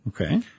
Okay